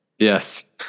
Yes